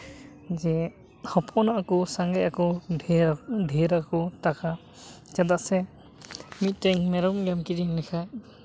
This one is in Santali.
ᱡᱮ ᱦᱚᱯᱚᱱᱚᱜᱼᱟ ᱠᱚ ᱥᱟᱸᱜᱮᱜ ᱟᱠᱚ ᱰᱷᱮᱨ ᱰᱷᱮᱨ ᱟᱠᱚ ᱴᱟᱠᱟ ᱪᱮᱫᱟᱜ ᱥᱮ ᱢᱤᱫᱴᱮᱱ ᱢᱮᱨᱚᱢ ᱜᱮᱢ ᱠᱤᱨᱤᱧ ᱞᱮᱠᱷᱟᱱ